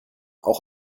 auch